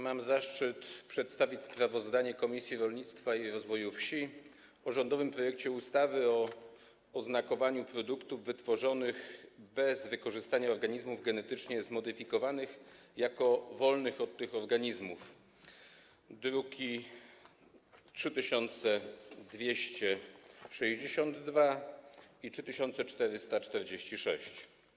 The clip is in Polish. Mam zaszczyt przedstawić sprawozdanie Komisji Rolnictwa i Rozwoju Wsi o rządowym projekcie ustawy o oznakowaniu produktów wytworzonych bez wykorzystania organizmów genetycznie zmodyfikowanych jako wolnych od tych organizmów, druki nr 3262 i 3446.